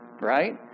right